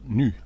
nu